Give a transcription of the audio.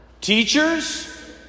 teachers